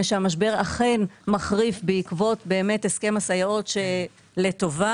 שהמשבר אכן מחריף בעקבות באמת הסכם הסייעות שלטובה,